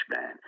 man